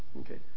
okay